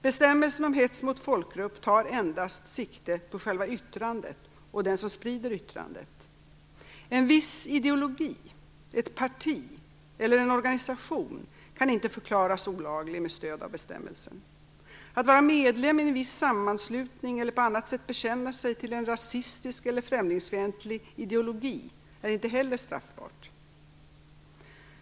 Bestämmelsen om hets mot folkgrupp tar endast sikte på själva yttrandet och den som sprider yttrandet. En viss ideologi, ett parti eller en organisation kan inte förklaras olaglig med stöd av bestämmelsen. Att vara medlem i en viss sammanslutning eller på annat sätt bekänna sig till en rasistisk eller främlingsfientlig ideologi är inte heller straffbart.